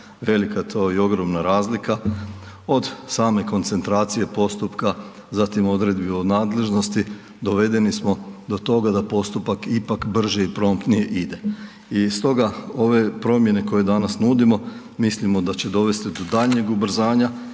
velika je to i ogromna razlika od same koncentracije postupka, zatim odredbi o nadležnosti dovedeni smo do toga da postupak ipak brže i promptnije ide. I stoga ove promjene koje danas nudimo mislimo da će dovesti do daljnjeg ubrzanja